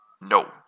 no